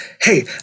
Hey